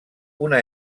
una